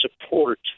support